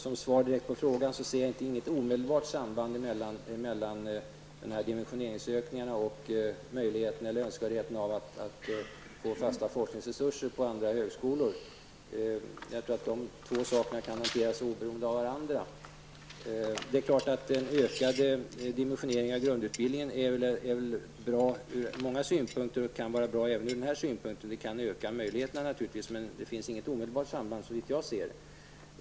Som svar direkt på frågan ser jag inget omedelbart samband mellan dimensioneringsökningarna och möjligheten eller önskvärdheten att få fasta forskningsresurser på andra högskolor. Jag tror att dessa två saker kan hanteras oberoende av varandra. Den ökade dimensioneringen av grundutbildningen är bra ur många synpunkter, och den kan även vara bra ur den här synpunkten. Det kan naturligtvis öka möjligheten, men det finns inget omedelbart samband såvitt jag förstår.